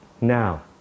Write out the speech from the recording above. Now